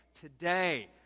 today